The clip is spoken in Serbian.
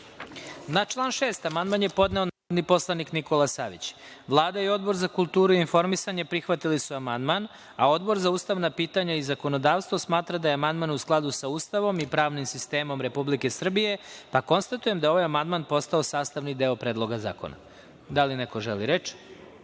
član 6. amandman je podneo narodni poslanik Nikola Savić. Vlada i Odbor za kulturu i informisanje prihvatili su amandman, a Odbor za ustavna pitanja i zakonodavstvo smatra da je amandman u skladu sa Ustavom i pravnim sistemom Republike Srbije. Konstatujem da je ovaj amandman postao sastavni deo Predloga zakona. Da li neko želi